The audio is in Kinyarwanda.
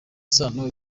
sano